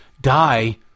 die